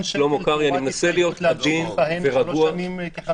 שקל תמורת --- להמשיך לכהן כחבר כנסת?